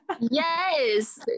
yes